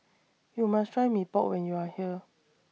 YOU must Try Mee Pok when YOU Are here